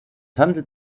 handelt